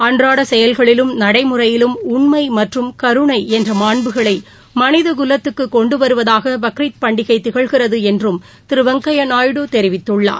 அன்றாட செயல்களிலும் நடைமுறையிலும் உண்மை மற்றும் கருணை என்ற மாண்புகளை மனித குலத்துக்கு கொண்டு வருவதாக பக்ரித் பண்டிகை திகழ்கிறது என்றும் திரு வெங்கையா நாயுடு தெரிவித்துள்ளார்